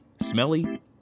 Smelly